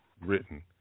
written